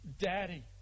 Daddy